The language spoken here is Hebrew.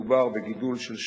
חמש יחידות במתמטיקה,